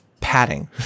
padding